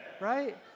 right